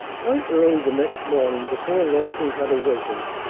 quite early the next morning, before leslie had awakened,